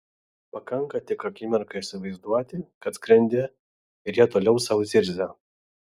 pakanka tik akimirką įsivaizduoti kad skrendi ir jie toliau sau zirzia